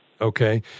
Okay